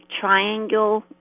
triangle